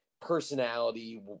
personality